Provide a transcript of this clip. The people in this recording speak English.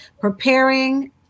preparing